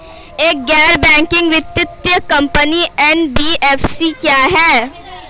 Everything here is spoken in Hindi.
एक गैर बैंकिंग वित्तीय कंपनी एन.बी.एफ.सी क्या है?